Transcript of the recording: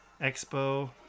Expo